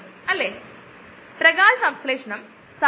ആണെകിൽ അത് പല സാഹചര്യങ്ങളിലും സഹായകരമാകില്ല